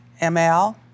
ML